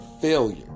failure